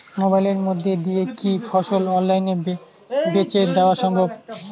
মোবাইলের মইধ্যে দিয়া কি ফসল অনলাইনে বেঁচে দেওয়া সম্ভব?